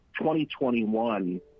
2021